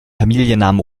familiennamen